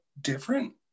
different